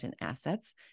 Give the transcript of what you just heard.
assets